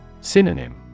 Synonym